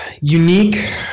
unique